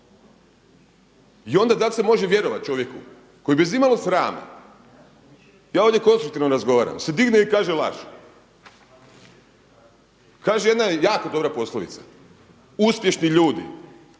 I onda dal' se može vjerovati čovjeku koji bez imalo srama, ja ovdje konstruktivno razgovaram se digne i kaže laže. Kaže jedna jako dobra poslovica: „Uspješni ljudi